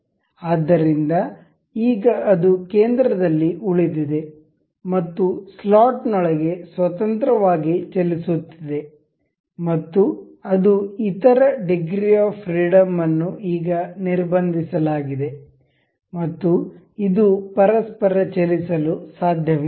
ಆದ್ದರಿಂದ ಈಗ ಅದು ಕೇಂದ್ರದಲ್ಲಿ ಉಳಿದಿದೆ ಮತ್ತು ಸ್ಲಾಟ್ನೊಳಗೆ ಸ್ವತಂತ್ರವಾಗಿ ಚಲಿಸುತ್ತಿದೆ ಮತ್ತು ಅದು ಇತರ ಡಿಗ್ರಿ ಆಫ್ ಫ್ರೀಡಂ ಅನ್ನು ಈಗ ನಿರ್ಬಂಧಿಸಲಾಗಿದೆ ಮತ್ತು ಇದು ಪರಸ್ಪರ ಚಲಿಸಲು ಸಾಧ್ಯವಿಲ್ಲ